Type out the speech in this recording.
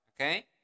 Okay